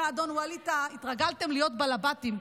אדון ווליד טאהא, התרגלתם להיות בעלבתים.